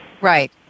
Right